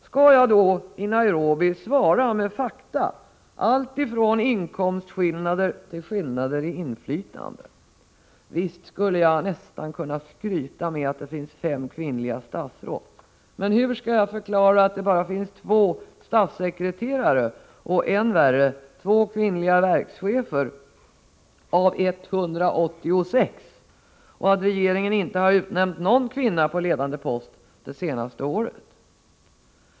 Skall jag i Nairobi svara med fakta alltifrån inkomstskillnader till skillnader i inflytande? Visst skulle jag nästan kunna skryta med att det finns fem kvinnliga statsråd, men hur skall jag förklara att det bara finns två statssekreterare och än värre endast två kvinnliga verkschefer av 186 och att regeringen inte har utnämnt någon kvinna på ledande post det senaste året?